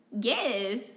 Yes